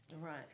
Right